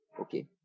okay